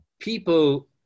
people